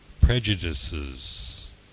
prejudices